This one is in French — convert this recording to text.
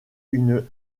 une